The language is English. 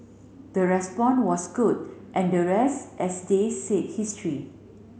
the respond was good and the rest as they say history